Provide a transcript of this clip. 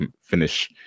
finish